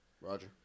Roger